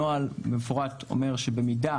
הנוהל במפורש אומר שבמידה